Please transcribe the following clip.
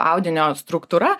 audinio struktūra